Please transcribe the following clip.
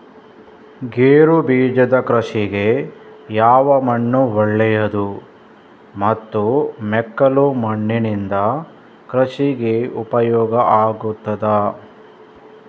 ಗೇರುಬೀಜದ ಕೃಷಿಗೆ ಯಾವ ಮಣ್ಣು ಒಳ್ಳೆಯದು ಮತ್ತು ಮೆಕ್ಕಲು ಮಣ್ಣಿನಿಂದ ಕೃಷಿಗೆ ಉಪಯೋಗ ಆಗುತ್ತದಾ?